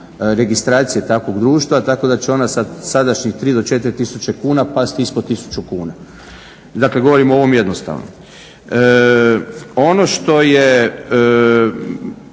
registracije takvog društva tako da će ona sa sadašnjih 3000 do 4000 kuna pasti ispod 1000 kuna. Dakle govorimo o ovom jednostavno. Ono što je